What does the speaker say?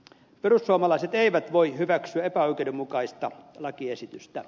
perussuomalaiset eivät voi hyväksyä epäoikeudenmukaista lakiesitystä